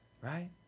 right